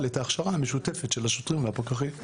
את ההכשרה המשותפת של השוטרים והפקחים.